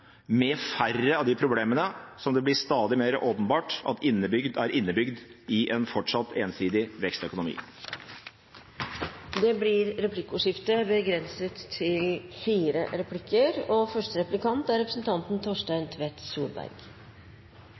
med en økonomi som sikrer utvikling, livskvalitet og rettferdighet, med færre av de problemene som det blir stadig mer åpenbart er innebygd i en fortsatt ensidig vekstøkonomi. Det blir replikkordskifte. Det skatte- og